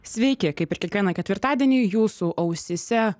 sveiki kaip ir kiekvieną ketvirtadienį jūsų ausyse